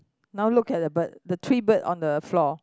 now look at the bird the three bird on the floor